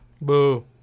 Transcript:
Boo